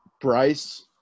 Bryce